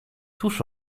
tuż